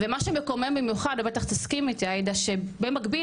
ומה שמקומם במיוחד ובטח תסכימי איתי עאידה שבמקביל